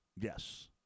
Yes